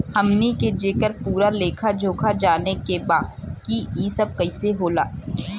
हमनी के जेकर पूरा लेखा जोखा जाने के बा की ई सब कैसे होला?